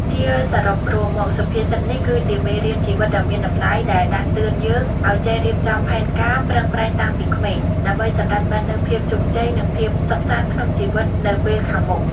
ជាសរុបរួមមក សុភាសិតនេះគឺជាមេរៀនជីវិតដ៏មានតម្លៃ ដែលដាស់តឿនយើងឲ្យចេះរៀបចំផែនការ ប្រឹងប្រែងតាំងពីក្មេង ដើម្បីសម្រេចបាននូវភាពជោគជ័យ និងភាពសុខសាន្តក្នុងជីវិតនៅពេលខាងមុខ។